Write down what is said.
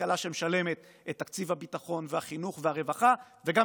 הכלכלה שמשלמת את תקציב הביטחון והחינוך והרווחה וגם